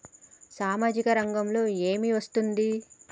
సామాజిక రంగంలో ఏమి వస్తుంది?